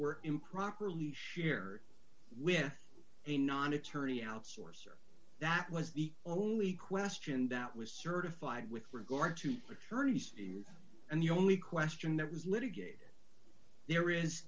were improperly shared with a non attorney outsource or that was the only question that was certified with regard to paternity and the only question that was litigated there is